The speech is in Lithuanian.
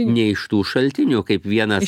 ne iš tų šaltinių kaip vienas